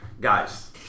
guys